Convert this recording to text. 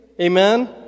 Amen